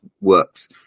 works